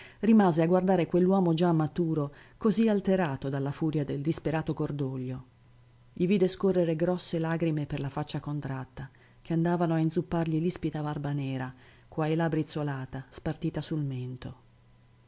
rimase a guardare quell'uomo già maturo così alterato dalla furia del disperato cordoglio gli vide scorrere grosse lagrime per la faccia contratta che andavano a inzuppargli l'ispida barba nera qua e là brizzolata spartita sul mento